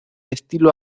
estilo